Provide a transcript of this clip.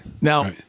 now